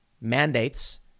mandates